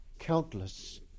countless